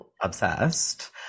obsessed